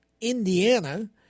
Indiana